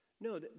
No